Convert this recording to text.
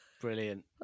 Brilliant